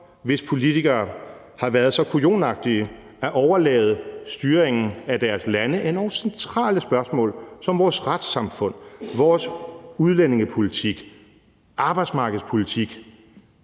hvis politikere har været så kujonagtige at overlade styringen af deres landes endog centrale spørgsmål som vores retssamfund, vores udlændingepolitik og arbejdsmarkedspolitik